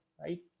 right